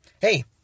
Hey